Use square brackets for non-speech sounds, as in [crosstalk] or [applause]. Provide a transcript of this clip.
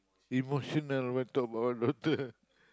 emotional when talk about my daughter [laughs]